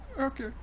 Okay